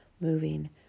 moving